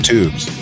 Tubes